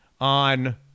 on